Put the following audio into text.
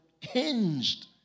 hinged